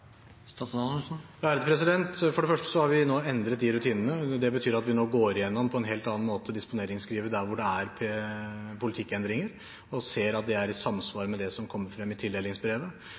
For det første har vi nå endret de rutinene. Det betyr at vi nå går igjennom på en helt annen måte disponeringsskrivet der hvor det er politikkendringer, og ser at de er i samsvar med det som kommer frem i tildelingsbrevet.